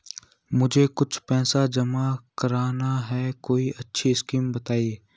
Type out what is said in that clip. मुझे कुछ पैसा जमा करना है कोई अच्छी स्कीम बताइये?